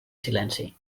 silenci